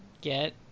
get